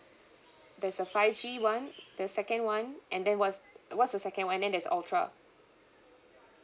there's a five G [one] the second [one] and then what's what's the second [one] then there's ultra